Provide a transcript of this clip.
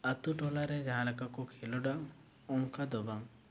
ᱟᱛᱳ ᱴᱚᱞᱟ ᱨᱮ ᱡᱟᱦᱟᱸ ᱞᱮᱠᱟ ᱠᱚ ᱠᱷᱮᱞᱳᱰᱟ ᱚᱱᱠᱟ ᱫᱚ ᱵᱟᱝ